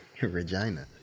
Regina